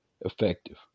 effective